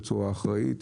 בצורה אחראית.